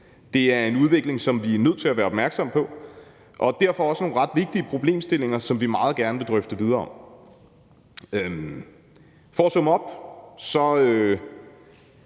Det er en udvikling, som vi er nødt til at være opmærksomme på, og det er derfor også nogle ret vigtige problemstillinger, som vi meget gerne vil drøfte videre. For at summe op vil